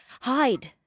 Hide